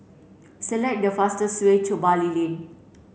select the fastest way to Bali Lane